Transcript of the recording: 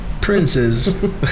Princes